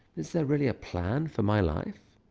is there really a plan for my life?